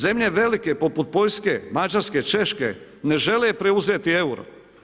Zemlje velike poput Poljske, Mađarske, Češke, ne žele preuzeti euro.